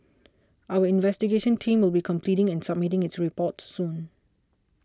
our investigation team will be completing and submitting its report soon